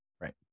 Right